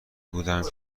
بودم